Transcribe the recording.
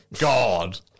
God